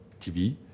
TV